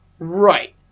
Right